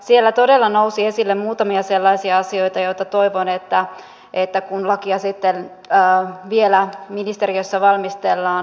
siellä todella nousi esille muutamia sellaisia asioita joita toivon että mietitään kun lakia sitten vielä ministeriössä valmistellaan